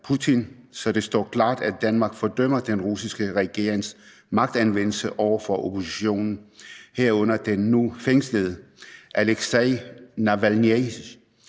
så det står klart, at Danmark fordømmer den russiske regerings magtanvendelse over for oppositionen, herunder den nu fængslede Aleksej Navalnyj,